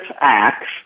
acts